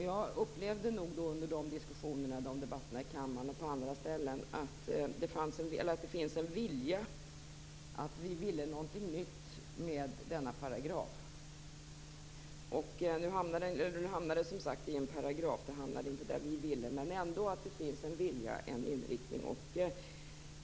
Jag upplevde under de debatterna i kammaren och på andra ställen att vi ville någonting nytt med denna paragraf. Nu hamnade frågan som sagt i en paragraf. Den hamnade inte där vi ville, men det finns ändå en vilja och en inriktning.